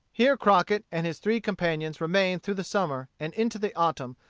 here crockett and his three companions remained through the summer and into the autumn,